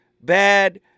bad